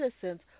citizens